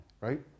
right